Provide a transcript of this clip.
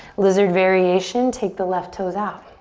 lizard variation, take the left toes out.